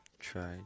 Try